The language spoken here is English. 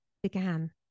began